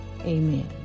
Amen